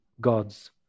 gods